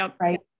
right